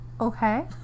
Okay